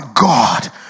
god